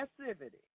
passivity